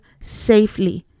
safely